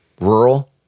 rural